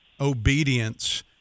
obedience